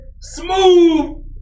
smooth